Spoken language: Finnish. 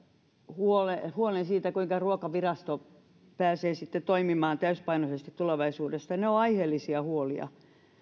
huolen siitä kuinka ruokavirasto pääsee toimimaan täysipainoisesti tulevaisuudesta ne ovat aiheellisia huolia